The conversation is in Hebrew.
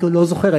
אני לא זוכר,